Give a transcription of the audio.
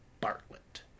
Bartlett